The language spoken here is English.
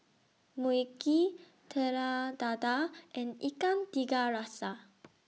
Mui Kee Telur Dadah and Ikan Tiga Rasa